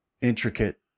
intricate